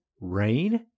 Rain